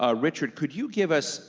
ah richard, could you give us,